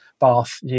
Bath